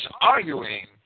arguing